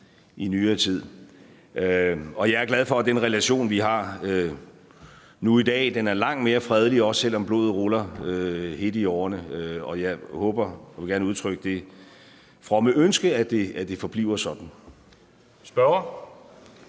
i nyere tid. Jeg er glad for, at den relation, vi har nu i dag, er langt mere fredelig, også selv om blodet ruller hedt i årerne. Og jeg håber og vil gerne udtrykke det fromme ønske, at det forbliver sådan. Kl.